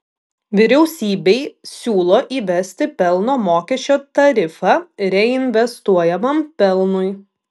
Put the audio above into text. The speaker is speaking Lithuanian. vyriausybei siūlo įvesti pelno mokesčio tarifą reinvestuojamam pelnui